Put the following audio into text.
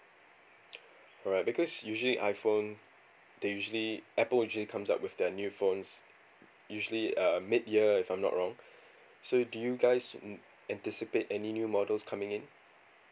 alright because usually iphone they usually apple usually comes up with their new phones usually uh mid year if I'm not wrong so do you guys um anticipate any new models coming in